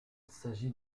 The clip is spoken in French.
s’agit